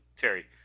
Terry